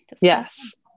Yes